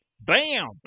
Bam